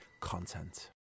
Content